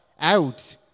out